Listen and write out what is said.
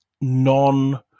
non